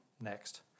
Next